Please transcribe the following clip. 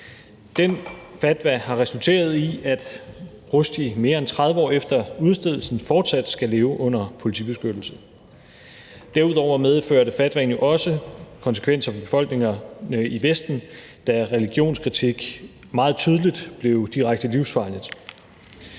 Den fatwa har resulteret i, at Rushdie mere end 30 år efter udstedelsen fortsat skal leve under politibeskyttelse. Derudover medførte fatwaen konsekvenser for befolkninger i Vesten, da religionskritik meget tydeligt blev direkte livsfarligt.